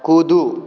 कूदू